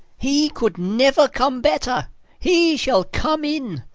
he could never come better he shall come in.